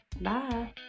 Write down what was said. Bye